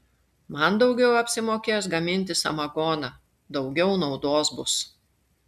man daugiau apsimokės gaminti samagoną daugiau naudos bus